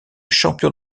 champion